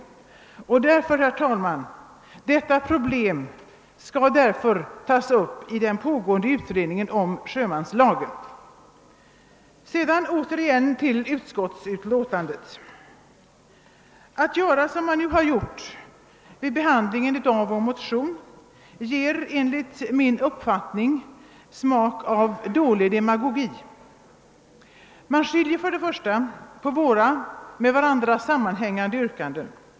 Och detta problem, herr talman, skall därför tas upp i den pågående utredningen om sjömanslagen. Sedan åter till utskottsbetänkandet! Att göra som man nu har gjort vid behandlingen av vår motion ger enligt min uppfattning smak av dålig demagogi. Man skiljer på våra med varandra sammanhängande yrkanden.